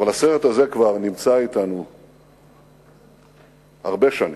אבל הסרט הזה נמצא אתנו כבר הרבה שנים.